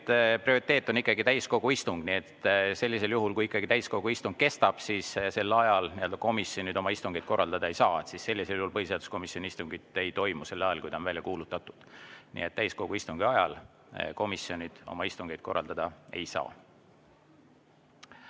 kolleeg! Prioriteet on ikkagi täiskogu istung, nii et sellisel juhul, kui ikkagi täiskogu istung kestab, siis sel ajal komisjonid oma istungeid korraldada ei saa. Sellisel juhul põhiseaduskomisjoni istungit ei toimu sel ajal, kui ta on välja kuulutatud. Nii et täiskogu istungi ajal komisjonid oma istungeid korraldada ei saa. Head